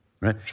right